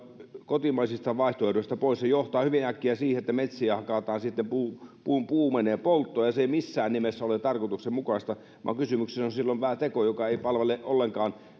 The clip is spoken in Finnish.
kotimaisista vaihtoehdoista pois se johtaa hyvin äkkiä siihen että metsiä hakataan sitten puu menee polttoon ja se ei missään nimessä ole tarkoituksenmukaista vaan kysymyksessä on silloin teko joka ei palvele ollenkaan